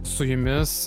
su jumis